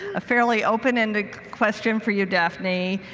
a fairly open-ended question for you, daphne.